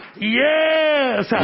yes